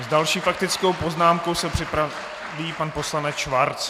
S další faktickou poznámkou se připraví pan poslanec Schwarz.